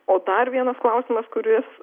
o dar vienas klausimas kuris